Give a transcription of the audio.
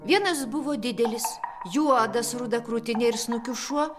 vienas buvo didelis juodas ruda krūtine ir snukiu šuo